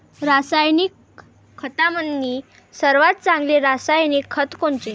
रासायनिक खतामंदी सर्वात चांगले रासायनिक खत कोनचे?